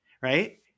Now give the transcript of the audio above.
right